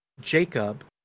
Jacob